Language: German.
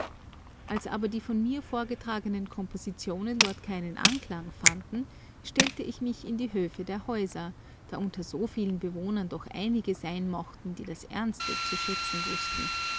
als aber die von mir vorgetragenen kompositionen dort keinen anklang fanden stellte ich mich in die höfe der häuser da unter so vielen bewohnern doch einige sein mochten die das ernste zu schätzen wußten ja